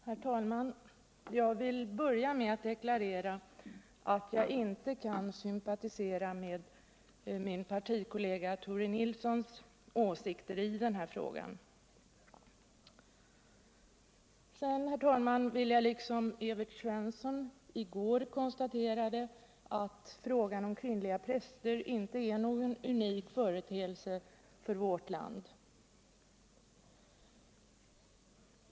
Herr talman! Jag vill börja med att deklarera att jag inte kan sympatisera med min partikollega Tore Nilssons åsikter i den här frågan. Sedan, herr talman, vill jag liksom Evert Svensson gjorde i går konstatera att frågan om kvinnliga präster inte är någon unik företeelse för vårt land.